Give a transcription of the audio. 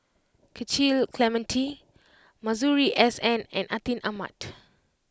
Cecil Clementi Masuri S N and Atin Amat